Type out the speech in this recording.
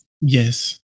Yes